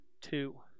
Two